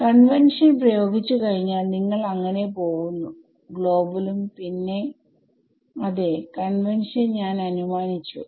convention പ്രയോഗിച്ചു കഴിഞ്ഞാൽ നിങ്ങൾ അങ്ങനെ പോവുന്നു ഗ്ലോബലും പിന്നെ അതെ കൺവെൻഷൻ ഞാൻ അനുമാനിച്ചു